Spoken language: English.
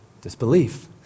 disbelief